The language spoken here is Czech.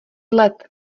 let